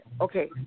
Okay